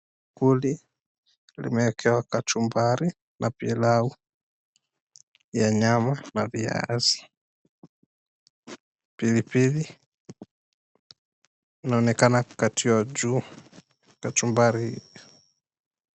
Bakuli, limeekewa kachumbari na pilau ya nyama na viazi. Pilipili inaonekana kukatiwa juu, kachumbari.